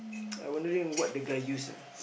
I wondering wondering what the guy use ah